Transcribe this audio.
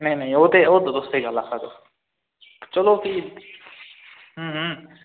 नेईं नेईं ओह् ते ओह् ते तुस स्हेई गल्ल आक्खा दे चलो भी